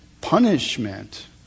punishment